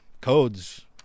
Codes